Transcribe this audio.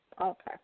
Okay